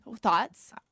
Thoughts